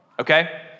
Okay